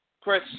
Chris